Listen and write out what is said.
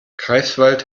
greifswald